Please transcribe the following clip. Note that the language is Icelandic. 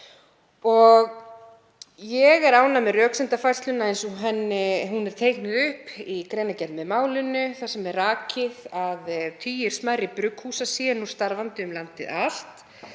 Ég er ánægð með röksemdafærsluna eins og hún er teiknuð upp í greinargerð með málinu þar sem er rakið að tugir smærri brugghúsa séu starfandi um landið allt.